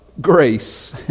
grace